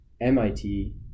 MIT